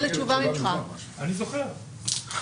עיריית ירושלים מבקשת להיפגש עם יושב-ראש